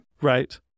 Right